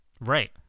Right